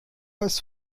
ist